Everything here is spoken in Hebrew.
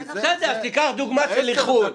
אז תיקח דוגמה של איחור.